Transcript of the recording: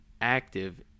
active